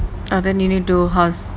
ah then you need to do house